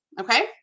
Okay